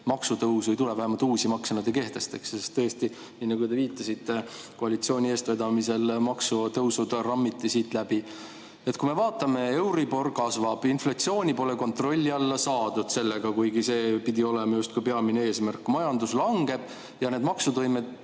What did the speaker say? maksutõusu ei tule, vähemalt uusi makse nad ei kehtesta, sest tõesti, nii nagu te viitasite, koalitsiooni eestvedamisel maksutõusud rammiti siit läbi. Euribor kasvab, inflatsiooni pole kontrolli alla saadud sellega, kuigi see pidi olema justkui peamine eesmärk. Majandus langeb ja need maksutõusud,